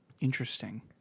Interesting